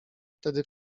wtedy